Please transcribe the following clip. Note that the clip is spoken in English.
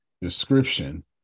Description